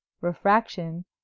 refraction